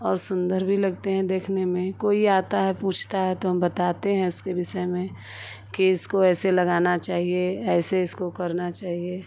और सुन्दर भी लगते हैं देखने में कोई आता है पूछता है तो हम बताते हैं इसके विषय में कि इसको ऐसे लगाना चाहिए ऐसे इसको करना चाहिए